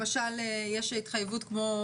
יש התחייבות כמו